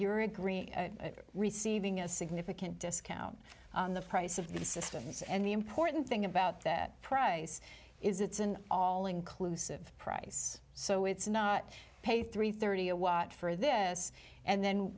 you're agreeing receiving a significant discount on the price of the systems and the important thing about that price is it's an all inclusive price so it's not pay three thirty a watt for this and then